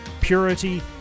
purity